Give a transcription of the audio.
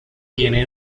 tiene